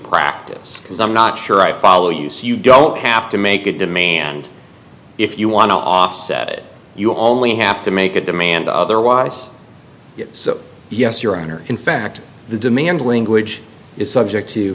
practice because i'm not sure i follow you so you don't have to make a demand if you want to offset it you only have to make a demand otherwise so yes your honor in fact the demand language is subject to